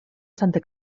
santa